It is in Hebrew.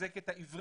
לחזק את העברית.